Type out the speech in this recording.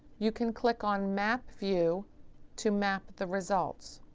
you can click on map view to map the results.